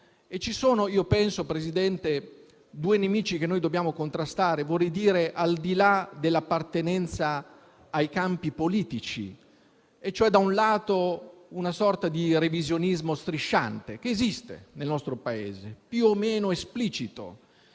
due nemici che dobbiamo contrastare, al di là dell'appartenenza ai campi politici. Da un lato, una sorta di revisionismo strisciante, che esiste nel nostro Paese, più o meno esplicito,